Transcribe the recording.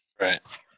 Right